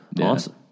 awesome